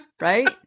right